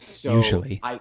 Usually